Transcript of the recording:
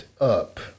up